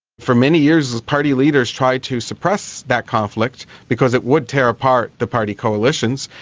for many years party leaders tried to suppress that conflict because it would tear apart the party coalitions,